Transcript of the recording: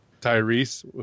Tyrese